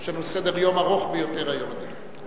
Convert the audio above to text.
יש לנו סדר-יום ארוך ביותר היום, אדוני.